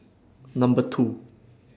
Number two